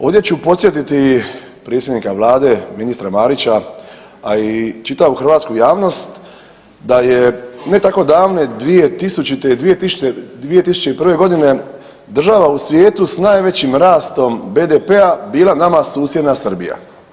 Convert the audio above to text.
Ovdje ću podsjetiti predsjednika Vlade ministra Marića, a i čitavu hrvatsku javnost, da je ne tako davne 2000. i 2001.g. država u svijetu s najvećim rastom BDP-a bila nama susjedna Srbija.